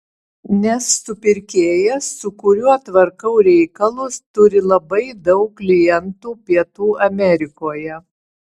nes supirkėjas su kuriuo tvarkau reikalus turi labai daug klientų pietų amerikoje